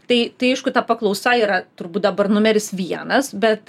tai tai aišku ta paklausa yra turbūt dabar numeris vienas bet